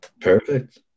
Perfect